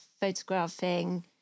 photographing